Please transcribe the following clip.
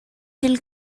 dil